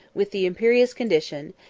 with the imperious condition,